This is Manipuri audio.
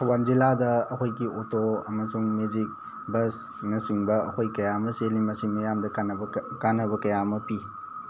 ꯊꯧꯕꯥꯜ ꯖꯤꯂꯥꯗ ꯑꯩꯈꯣꯏꯒꯤ ꯑꯣꯇꯣ ꯑꯃꯁꯨꯡ ꯃꯦꯖꯤꯛ ꯕꯁ ꯅꯆꯤꯡꯕ ꯑꯩꯈꯣꯏ ꯀꯌꯥ ꯑꯃ ꯆꯦꯜꯂꯤ ꯃꯁꯤ ꯃꯤꯌꯥꯝꯗ ꯀꯥꯟꯅꯕ ꯀꯥꯟꯅꯕ ꯀꯌꯥ ꯑꯃ ꯄꯤ